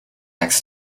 next